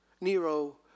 Nero